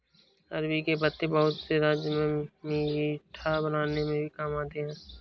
अरबी के पत्ते बहुत से राज्यों में पीठा बनाने में भी काम आते हैं